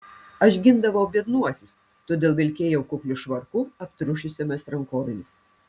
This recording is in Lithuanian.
aš gindavau biednuosius todėl vilkėjau kukliu švarku aptriušusiomis rankovėmis